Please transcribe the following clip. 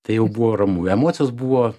tai jau buvo ramu emocijos buvo